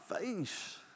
face